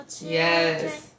Yes